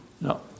No